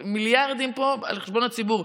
מיליארדים פה על חשבון הציבור.